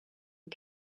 and